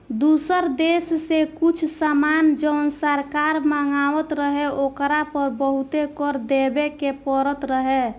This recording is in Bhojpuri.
दुसर देश से कुछ सामान जवन सरकार मँगवात रहे ओकरा पर बहुते कर देबे के परत रहे